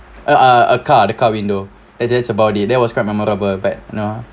uh a car the car window that's that's about it that was quite memorable but you know